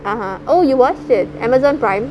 (uh huh) oh you watched it Amazon Prime